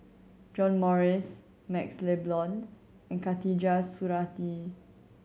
John Morrice MaxLe Blond and Khatijah Surattee